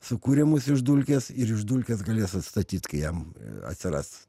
sukūrė mus iš dulkės ir iš dulkės galės atstatyti kai jam atsiras